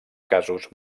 casos